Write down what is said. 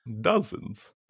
Dozens